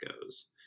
goes